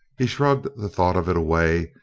he shrugged the thought of it away,